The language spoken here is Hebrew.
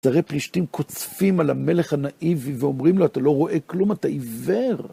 תראה פלישתים קוצפים על המלך הנאיבי ואומרים לו, אתה לא רואה כלום, אתה עיוור.